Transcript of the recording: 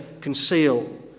conceal